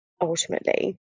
ultimately